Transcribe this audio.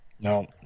No